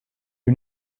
you